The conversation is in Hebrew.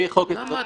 מירב,